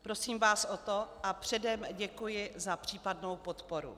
Prosím vás o to a předem děkuji za případnou podporu.